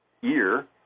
year